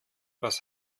was